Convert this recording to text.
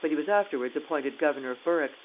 but he was afterwards appointed governor of berwick,